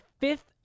fifth